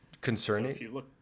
Concerning